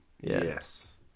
Yes